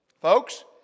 folks